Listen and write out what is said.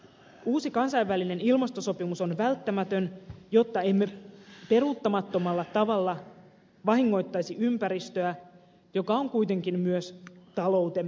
uusi kansainvälinen ilmastosopimus on välttämätön jotta emme peruuttamattomalla tavalla vahingoittaisi ympäristöä joka on kuitenkin myös taloutemme perusta